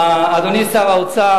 אדוני שר האוצר,